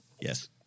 Yes